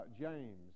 James